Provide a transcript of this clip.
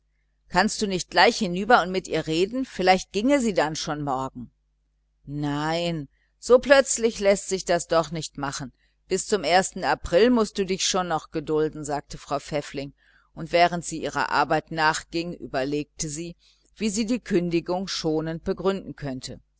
kannst du nicht gleich hinüber und mit ihr reden vielleicht ginge sie dann schon morgen nein so plötzlich läßt sich das doch nicht machen bis zum april mußt du dich schon noch gedulden sagte frau pfäffling und während sie ihrer arbeit nachging überlegte sie wie sie die kündigung schonend begründen könnte